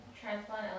transplant